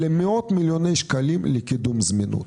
אלא מאות מיליוני שקלים לקידום זמינות.